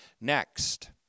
Next